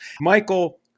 Michael